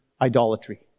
idolatry